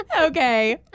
okay